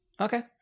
Okay